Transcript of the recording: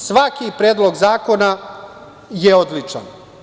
Svaki predlog zakona je odličan.